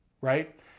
right